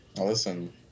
Listen